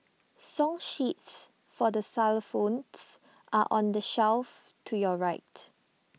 song sheets for the xylophones are on the shelf to your right